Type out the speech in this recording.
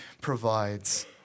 provides